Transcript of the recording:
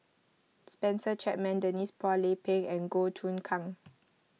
Spencer Chapman Denise Phua Lay Peng and Goh Choon Kang